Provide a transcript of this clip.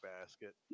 basket